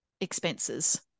expenses